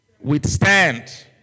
Withstand